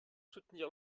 soutenir